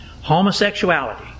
Homosexuality